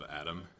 Adam